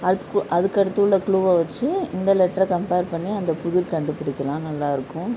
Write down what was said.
அதுக்கு அதுக்கடுத்து உள்ள க்ளூவை வச்சு இந்த லெட்டரை கம்பேர் பண்ணி அந்த புதிர் கண்டுபிடிக்கலாம் நல்லா இருக்கும்